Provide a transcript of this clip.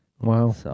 Wow